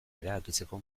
erabakitzeko